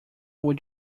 would